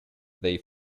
they